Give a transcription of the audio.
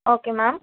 okay ma'am